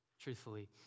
truthfully